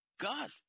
God